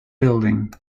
building